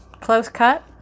close-cut